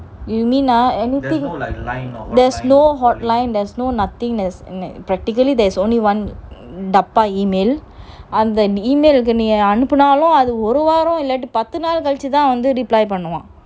you mean ah anything there's no hotline there's no nothing there's practically there is only one டப்பா:dabba email அந்த:antha email கு நீ அனுப்புனாலும் ஒரு வாரம் இல்லாட்டி பாத்து நாள் கழச்சி தான்:ku nee anupunaalum oru vaaram illati pathu naal kalachi thaan reply பண்ணுவான்:panuvan